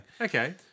Okay